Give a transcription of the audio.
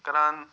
کَران